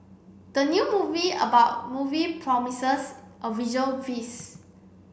the new movie about movie promises a visual feast